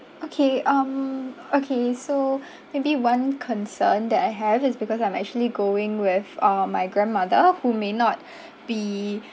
okay um okay so maybe one concern that I have is because I'm actually going with uh my grandmother who may not be